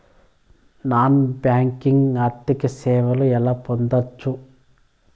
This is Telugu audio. నాన్ బ్యాంకింగ్ ఆర్థిక సేవలు ఎలా పొందొచ్చు?